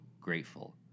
grateful